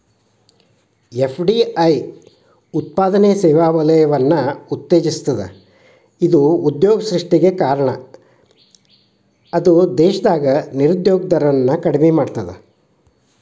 FDI ಉತ್ಪಾದನೆ ಸೇವಾ ವಲಯವನ್ನ ಉತ್ತೇಜಿಸ್ತದ ಇದ ಉದ್ಯೋಗ ಸೃಷ್ಟಿಗೆ ಕಾರಣ ಅದ ದೇಶದಾಗ ನಿರುದ್ಯೋಗ ದರವನ್ನ ಕಡಿಮಿ ಮಾಡ್ತದ